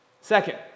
Second